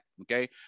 Okay